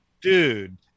dude